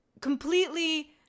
completely